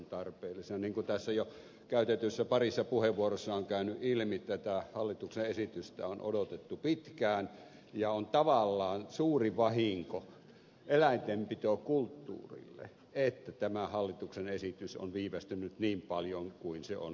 niin kuin näissä jo käytetyissä parissa puheenvuorossa on käynyt ilmi tätä hallituksen esitystä on odotettu pitkään ja on tavallaan suuri vahinko eläintenpitokulttuurille että tämä hallituksen esitys on viivästynyt niin paljon kuin se on viivästynyt